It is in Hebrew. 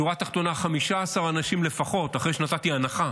בשורה התחתונה, 15 אנשים לפחות, אחרי שנתתי הנחה,